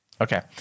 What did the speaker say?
Okay